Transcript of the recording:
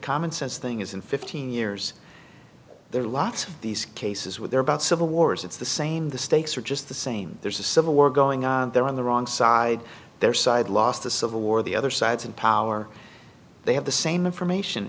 commonsense thing is in fifteen years there are lots of these cases with there about civil wars it's the same the stakes are just the same there's a civil war going on they're on the wrong side their side lost the civil war the other side's in power they have the same information